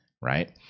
Right